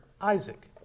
Isaac